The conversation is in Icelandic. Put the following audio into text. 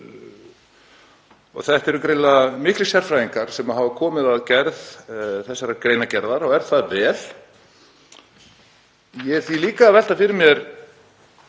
Þetta eru greinilega miklir sérfræðingar sem hafa komið að gerð þessarar greinargerðar og er það vel. Ég er því líka að velta fyrir mér: